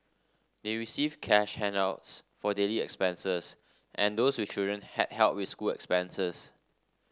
they received cash handouts for daily expenses and those with children had help with school expenses